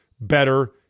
better